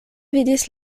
vidis